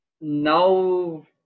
now